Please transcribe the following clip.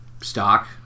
stock